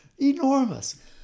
Enormous